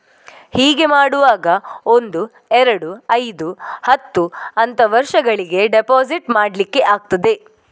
ಹೀಗೆ ಮಾಡುವಾಗ ಒಂದು, ಎರಡು, ಐದು, ಹತ್ತು ಅಂತ ವರ್ಷಗಳಿಗೆ ಡೆಪಾಸಿಟ್ ಮಾಡ್ಲಿಕ್ಕೆ ಆಗ್ತದೆ